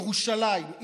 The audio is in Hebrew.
ירושלים,